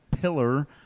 pillar